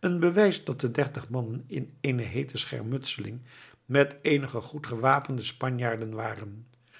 een bewijs dat de dertig mannen in eene heete schermutseling met eenige goed gewapende spanjaarden waren